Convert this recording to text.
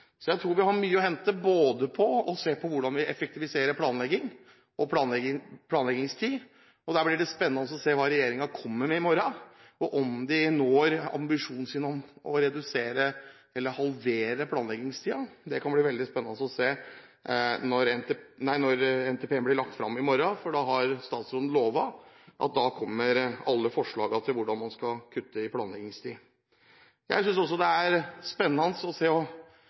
Så jeg tror vi har mye å hente ved å se på hvordan vi effektiviserer både planlegging og planleggingstid. Der blir det spennende å se hva regjeringen kommer med i morgen, om de når ambisjonen om å halvere planleggingstiden. Det kan det bli veldig spennende å se når NTP-en blir lagt fram i morgen, for statsråden har lovet at da kommer alle forslagene til hvordan man skal kutte i planleggingstid. Jeg synes også det er spennende å se